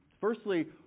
Firstly